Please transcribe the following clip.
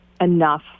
enough